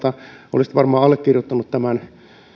olisi varmaan allekirjoittanut tämän